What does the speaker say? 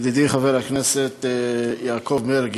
ידידי חבר הכנסת יעקב מרגי,